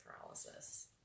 paralysis